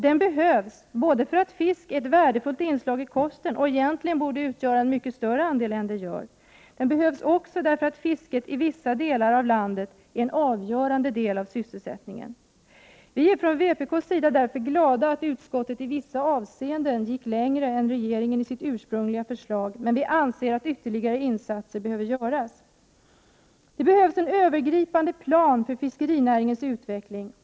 Den behövs både därför att fisk är ett värdefullt inslag i kosten, som egentligen borde utgöra en större andel än det gör, och därför att fisket i vissa delar av landet är en avgörande del av sysselsättningen. Vi är från vpk:s sida därför glada över att utskottet i vissa avseenden gick längre än regeringens ursprungliga förslag, men vi anser att ytterligare insatser behöver göras. Det behövs en övergripande plan för fiskerinäringens utveckling.